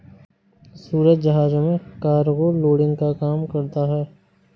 सूरज जहाज में cargo loading का काम करता है